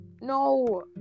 No